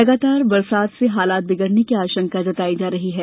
लगातार बारिश से हालात बिगड़ने की आशंका जताई जा रही है